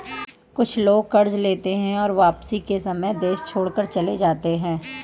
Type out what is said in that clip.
कुछ लोग कर्ज लेते हैं और वापसी के समय देश छोड़कर चले जाते हैं